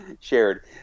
shared